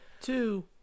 two